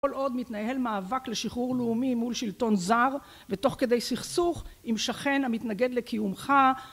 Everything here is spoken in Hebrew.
כל עוד מתנהל מאבק לשחרור לאומי מול שלטון זר ותוך כדי סכסוך עם שכן המתנגד לקיומך